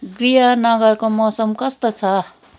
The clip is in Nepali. गृहनगरको मौसम कस्तो छ